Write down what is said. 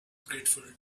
grateful